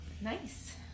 Nice